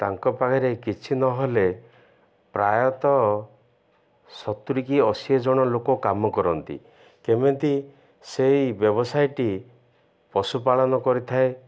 ତାଙ୍କ ପାଖରେ କିଛି ନହେଲେ ପ୍ରାୟତଃ ସତୁୁରୀ କି ଅଶୀ ଜଣ ଲୋକ କାମ କରନ୍ତି କେମିତି ସେଇ ବ୍ୟବସାୟୀଟି ପଶୁପାଳନ କରିଥାଏ